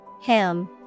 Ham